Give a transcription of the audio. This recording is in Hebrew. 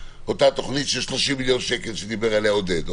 תוכנית של 30 מיליון שקל שדיבר עליה עודד,